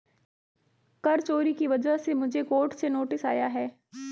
कर चोरी की वजह से मुझे कोर्ट से नोटिस आया है